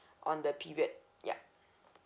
on the period ya